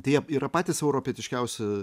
tai jie yra patys europietiškiausi